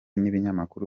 n’ibinyamakuru